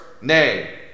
Nay